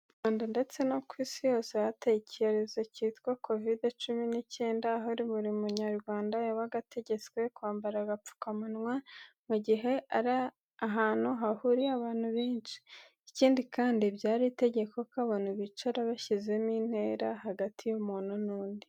Mu Rwanda ndetse no ku isi yose hateye icyorezo cyitwa Covid cumi n'icyenda, aho buri Munyarwanda yabaga ategetswe kwambara agapfukamunwa mu gihe ari ahantu hahuriye abantu benshi, ikindi kandi byari itegeko ko abantu bicara bashyizemo intera hagati y'umuntu n'undi.